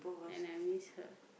and I miss her